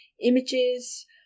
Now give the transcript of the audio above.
images